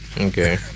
Okay